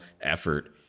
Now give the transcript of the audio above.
effort